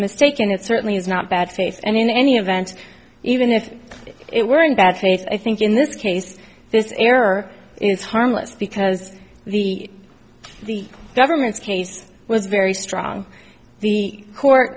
mistaken it certainly is not bad taste and in any event even if it were in bad taste i think in this case this error is harmless because the the government's case was very strong the court